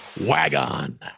WagOn